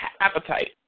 Appetite